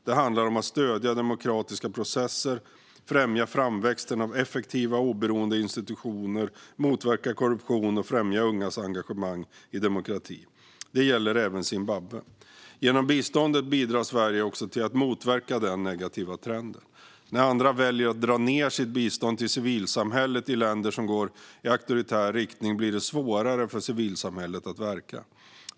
Det handlar om att stödja demokratiska processer, främja framväxten av effektiva och oberoende institutioner, motverka korruption och främja ungas engagemang i demokrati. Det gäller även Zimbabwe. Genom biståndet bidrar Sverige också till att motverka den negativa trenden. När andra väljer att dra ned sitt bistånd till civilsamhället i länder som går i auktoritär riktning blir det svårare för civilsamhället att verka.